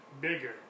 bigger